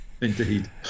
Indeed